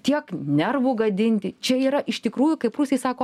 tiek nervų gadinti čia yra iš tikrųjų kaip rusai sako